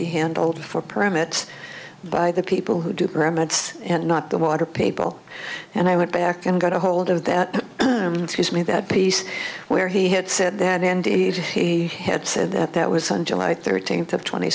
be handled for permits by the people who do parameter and not the water people and i went back and got a hold of that excuse me that piece where he had said that and he had said that that was on july thirteenth of twenty